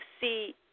see